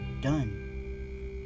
done